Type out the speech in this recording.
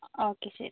okay ശരി